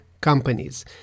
companies